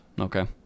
Okay